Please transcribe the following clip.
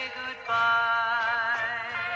goodbye